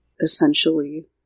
essentially